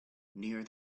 near